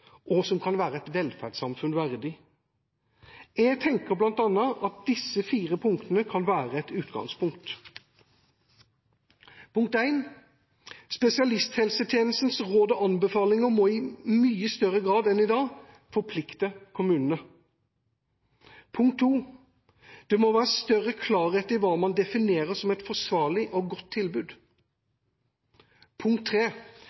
og som kan være et velferdssamfunn verdig. Jeg tenker bl.a. at disse fire punktene kan være et utgangspunkt: Spesialisthelsetjenestens råd og anbefalinger må i mye større grad enn i dag forplikte kommunene. Det må være større klarhet i hva man definerer som et forsvarlig og godt tilbud.